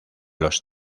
los